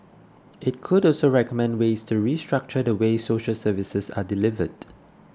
it could also recommend ways to restructure the way social services are delivered